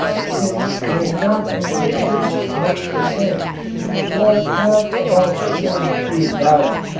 since they not only taste much the same but have about the same food value.